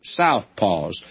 southpaws